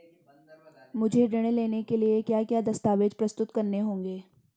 मुझे ऋण लेने के लिए क्या क्या दस्तावेज़ प्रस्तुत करने होंगे?